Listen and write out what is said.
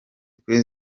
kuri